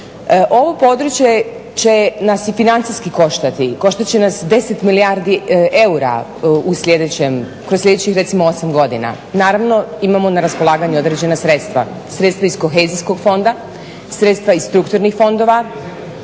Ovo područje će nas i financijski koštati, koštat će nas 10 milijardi eura kroz sljedećih recimo 8 godina. Naravno imamo na raspolaganju određena sredstva. Sredstva iz kohezijskog fonda, sredstva iz strukturnih fondova